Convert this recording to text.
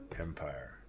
Empire